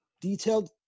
detailed